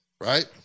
right